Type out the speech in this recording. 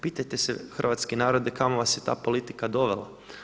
Pitajte se hrvatski narode kamo vas je ta politika dovela.